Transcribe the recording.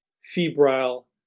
febrile